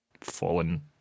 fallen